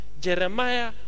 Jeremiah